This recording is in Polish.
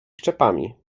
szczepami